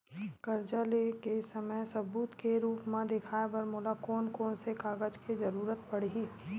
कर्जा ले के समय सबूत के रूप मा देखाय बर मोला कोन कोन से कागज के जरुरत पड़ही?